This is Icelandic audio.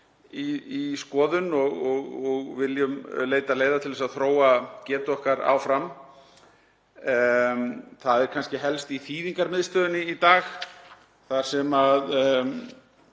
í skoðun og viljum leita leiða til að þróa getu okkar áfram. Í dag er það kannski helst í þýðingamiðstöðinni þar sem